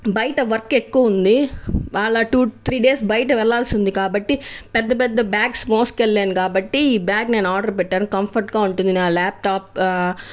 బయట వర్క్ ఎక్కువ ఉంది ఆలా టూ త్రీ డేస్ బయట వెళ్ళాల్సి ఉంది కాబట్టి పెద్ద పెద్ద బాగ్స్ మోసుకు వెళ్ళలేను కాబట్టి ఈ బ్యాగ్ నేను ఆర్డర్ పెట్టాను కంఫర్ట్గా ఉంటుంది అని నా ల్యాప్టాప్